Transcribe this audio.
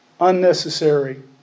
Unnecessary